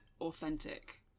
authentic